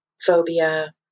phobia